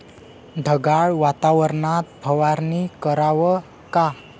ढगाळ वातावरनात फवारनी कराव का?